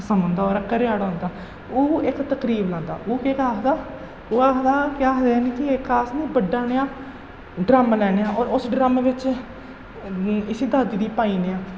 खसम औंदा ओह्दा घरैआह्ला आंदा ओह् इक तकरीब लांदा ओह् केह् आखदा ओह् आखदा केह् आखदे न कि इस अस बड्डा नेहा ड्रम लैन्ने आं तेहोर उस ड्रम बिच्च इसी दादी गी पाई ओड़ने आं